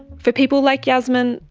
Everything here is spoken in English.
for people like yasmin,